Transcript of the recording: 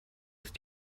ist